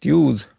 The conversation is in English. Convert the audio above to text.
use